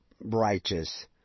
righteous